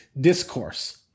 Discourse